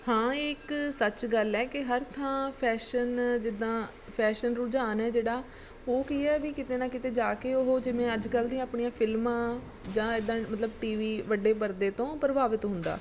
ਹਾਂ ਇਹ ਇੱਕ ਸੱਚ ਗੱਲ ਹੈ ਕਿ ਹਰ ਥਾਂ ਫੈਸ਼ਨ ਜਿੱਦਾਂ ਫੈਸ਼ਨ ਰੁਝਾਨ ਹੈ ਜਿਹੜਾ ਉਹ ਕੀ ਹੈ ਵੀ ਕਿਤੇ ਨਾ ਕਿਤੇ ਜਾ ਕੇ ਉਹ ਜਿਵੇਂ ਅੱਜ ਕੱਲ੍ਹ ਦੀਆਂ ਆਪਣੀਆਂ ਫਿਲਮਾਂ ਜਾਂ ਇੱਦਾਂ ਮਤਲਬ ਟੀਵੀ ਵੱਡੇ ਪਰਦੇ ਤੋਂ ਪ੍ਰਭਾਵਿਤ ਹੁੰਦਾ